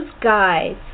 guys